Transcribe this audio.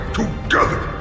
together